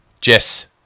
Jess